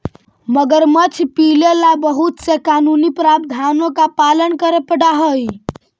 मगरमच्छ पीले ला बहुत से कानूनी प्रावधानों का पालन करे पडा हई